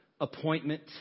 appointment